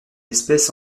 espèce